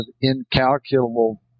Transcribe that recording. incalculable